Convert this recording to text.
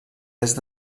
est